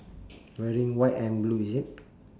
wearing white and blue is it